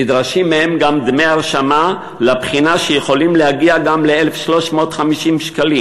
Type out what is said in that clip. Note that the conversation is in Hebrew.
נדרשים מהם גם דמי הרשמה לבחינה שיכולים להגיע גם ל-1,350 שקלים,